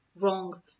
wrong